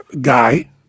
guy